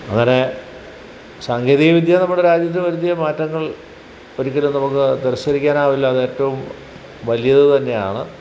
അങ്ങനെ സാങ്കേതിക വിദ്യ നമ്മുടെ രാജ്യത്ത് വരുത്തിയ മാറ്റങ്ങൾ ഒരിക്കലും നമുക്ക് തിരസ്ക്കരിക്കാനാവില്ല അതേറ്റവും വലിയത് തന്നെയാണ്